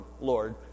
Lord